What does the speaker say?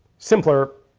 simpler,